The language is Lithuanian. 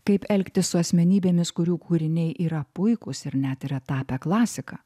kaip elgtis su asmenybėmis kurių kūriniai yra puikūs ir net yra tapę klasika